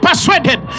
persuaded